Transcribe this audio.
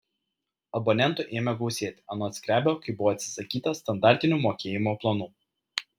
abonentų ėmė gausėti anot skrebio kai buvo atsisakyta standartinių mokėjimo planų